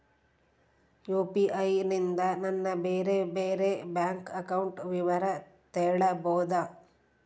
UPI ನಿಂದ ನನ್ನ ಬೇರೆ ಬೇರೆ ಬ್ಯಾಂಕ್ ಅಕೌಂಟ್ ವಿವರ ತಿಳೇಬೋದ?